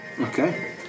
Okay